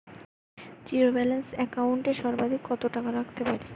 Zero balance account এ সর্বাধিক কত টাকা রাখতে পারি?